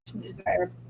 desire